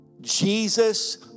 Jesus